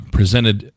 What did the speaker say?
presented